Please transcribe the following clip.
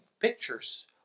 pictures